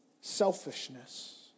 selfishness